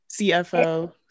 CFO